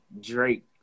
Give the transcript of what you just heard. Drake